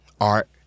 art